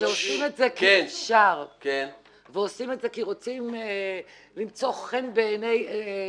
שעושים את זה כי אפשר ועושים את זה כי רוצים למצוא חן בעיני מישהו,